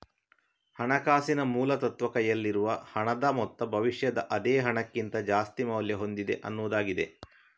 ಹಣಕಾಸಿನ ಮೂಲ ತತ್ವ ಕೈಯಲ್ಲಿರುವ ಹಣದ ಮೊತ್ತ ಭವಿಷ್ಯದ ಅದೇ ಹಣಕ್ಕಿಂತ ಜಾಸ್ತಿ ಮೌಲ್ಯ ಹೊಂದಿದೆ ಅನ್ನುದಾಗಿದೆ